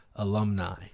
Alumni